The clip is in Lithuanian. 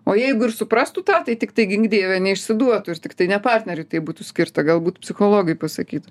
o jeigu ir suprastų tą tai tiktai gink dieve neišsiduotų ir tiktai ne partneriui tai būtų skirta galbūt psichologui pasakytų